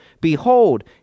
behold